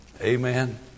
Amen